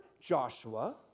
Joshua